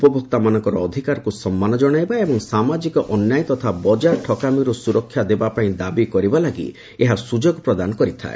ଉପଭୋକ୍ତାମାନଙ୍କର ଅଧିକାରକୁ ସମ୍ମାନ ଜଣାଇବା ଏବଂ ସାମାଜିକ ଅନ୍ୟାୟ ତଥା ବଜାର ଠକାମୀରୁ ସୁରକ୍ଷା ଦେବା ପାଇଁ ଦାବି କରିବା ପାଇଁ ଏହା ସୁଯୋଗ ପ୍ରଦାନ କରିଥାଏ